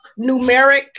numeric